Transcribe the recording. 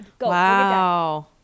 Wow